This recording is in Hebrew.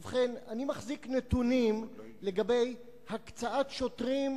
ובכן, אני מחזיק נתונים על הקצאת שוטרים